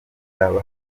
babaga